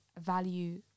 value